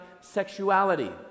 sexuality